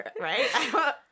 Right